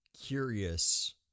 curious